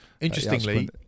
Interestingly